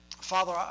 Father